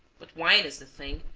but wine is the thing,